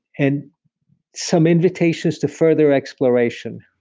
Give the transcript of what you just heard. and some invitations to further exploration.